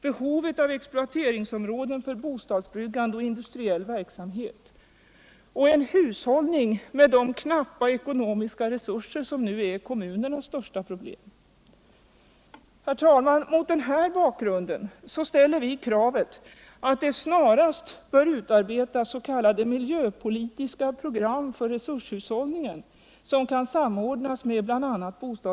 Behovet av exploateringsområden för bostadsbyggande och industriell verksamhet. Hushållning med de knappa ckonomiska resurser som nu är kommunernas största problem. Mot den här bakgrunden ställer vi kravet att det snarast bör utarbetas s.k. miljöpolitiska program för resurshushållningen.